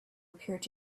appeared